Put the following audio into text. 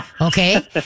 okay